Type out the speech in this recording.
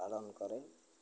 ପାଳନ କରେ